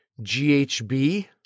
GHB